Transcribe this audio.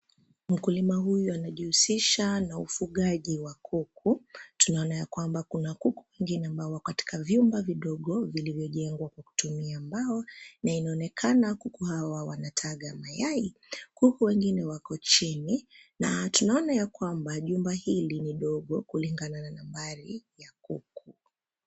Mkulima huyu anajihusisha na ufugaji wa kuku. Tunaona ya kwamba kuna kuku wengine ambao wako katika vyumba vidogo vilivyojengwa kwa kutumia mbao, na inaonekana kuku hawa wanataga mayai. Kuku wengine wako chini, na tunaona ya kwamba jumba hili ni dogo kulingana na nambari, ya kuku.